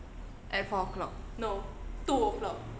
at four o'clock